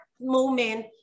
moment